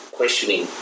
questioning